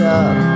up